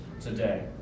today